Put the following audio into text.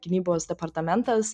gynybos departamentas